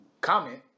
comment